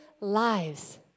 lives